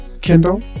Kindle